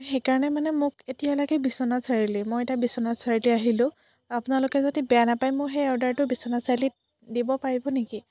সেই কাৰণে মানে মোক এতিয়া লাগে বিশ্বনাথ চাৰিআলি মই এতিয়া বিশ্বনাথ চাৰিআলি আহিলোঁ আপোনালোকে যদি বেয়া নাপায় মোৰ সেই অৰ্ডাটো বিশ্বনাথ চাৰিআলিত দিব পাৰিব নেকি